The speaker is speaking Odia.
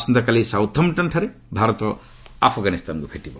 ଆସନ୍ତାକାଲି ସାଉଥମ୍ପ୍ଟନ୍ଠାରେ ଭାରତ ଆଫଗାନିସ୍ତାନକୁ ଭେଟିବ